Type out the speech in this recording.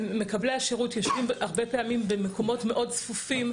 מקבלי השירות יושבים הרבה פעמים במקומות מאוד צפופים,